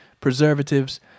preservatives